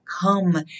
come